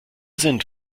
sind